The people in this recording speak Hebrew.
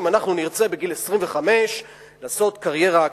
אם אנחנו נרצה בגיל 25 לעשות קריירה אקדמית,